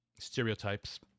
stereotypes